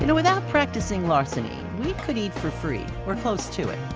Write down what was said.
and without practicing larceny, we could eat for free or close to it.